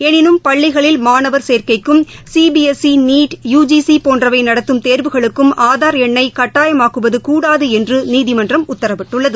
எனினும் பள்ளிகளில் மாணவர் சேர்க்கைக்கும் C B S E NEET U G C போன்றவை நடத்தும் தேர்வுகளுக்கும் ஆதார் எண்ணை கட்டாயமாக்குவது கூடாது என்று நீதிமன்றம் உத்தரவிட்டுள்ளது